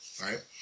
right